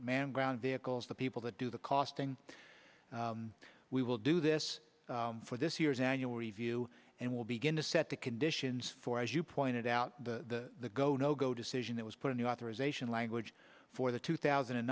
at man ground vehicles the people to do the costing we will do this for this year's annual review and we'll begin to set the conditions for as you pointed out the go no go decision that was put in the authorization language for the two thousand and